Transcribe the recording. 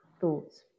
thoughts